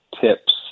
tips